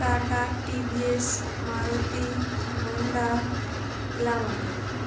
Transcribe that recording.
tata TVS Maruti Honda Glamour